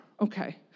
Okay